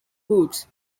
boots